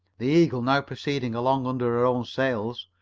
the eagle now proceeding along under her own sails,